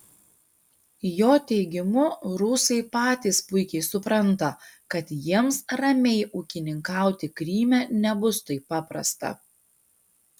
jo teigimu rusai patys puikiai supranta kad jiems ramiai ūkininkauti kryme nebus taip paprasta